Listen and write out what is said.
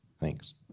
Thanks